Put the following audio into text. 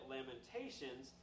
Lamentations